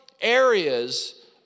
areas